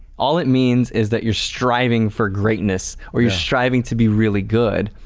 all it means is that you're striving for greatness or you're striving to be really good